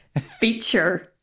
feature